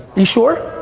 you sure?